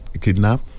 kidnap